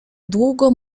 długo